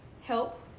help